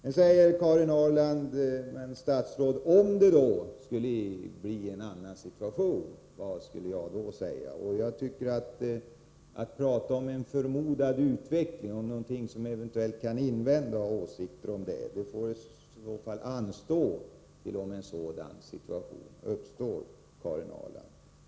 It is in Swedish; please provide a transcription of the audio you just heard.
Nu frågar Karin Ahrland vad jag skulle säga om det blev en annan situation. Att ha åsikter om en förmodad utveckling och om någonting som eventuellt kan inträffa tycker jag bör anstå till dess en sådan situation uppstår, Karin Ahrland.